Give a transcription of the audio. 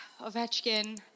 Ovechkin